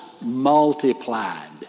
multiplied